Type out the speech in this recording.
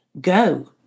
go